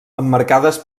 emmarcades